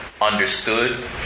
Understood